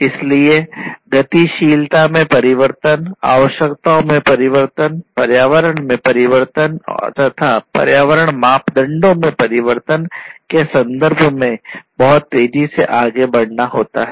इसलिए गतिशीलता में परिवर्तन आवश्यकताओं में परिवर्तन पर्यावरण में परिवर्तन तथा पर्यावरण मापदंडों में परिवर्तन के संदर्भ में बहुत तेजी से आगे बढ़ना होता है